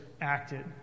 acted